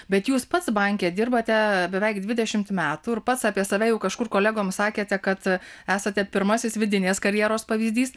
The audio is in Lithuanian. bet jūs pats banke dirbate beveik dvidešimt metų ir pats apie save jau kažkur kolegoms sakėte kad esate pirmasis vidinės karjeros pavyzdys